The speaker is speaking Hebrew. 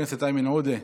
חבר הכנסת איימן עודה,